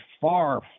far